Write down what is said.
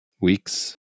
weeks